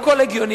הכול הגיוני,